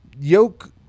Yoke –